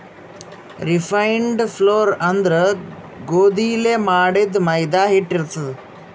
refined flour ಅಂದ್ರ ಗೋಧಿಲೇ ಮಾಡಿದ್ದ್ ಮೈದಾ ಹಿಟ್ಟ್ ಇರ್ತದ್